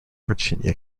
virginia